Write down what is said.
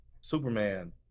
Superman